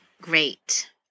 great